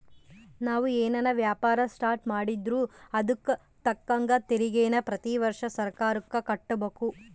ನಾವು ಏನನ ವ್ಯಾಪಾರ ಸ್ಟಾರ್ಟ್ ಮಾಡಿದ್ರೂ ಅದುಕ್ ತಕ್ಕಂಗ ತೆರಿಗೇನ ಪ್ರತಿ ವರ್ಷ ಸರ್ಕಾರುಕ್ಕ ಕಟ್ಟುಬಕು